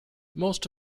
most